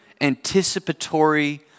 Anticipatory